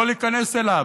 לא להיכנס אליו,